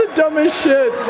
dumbest shit!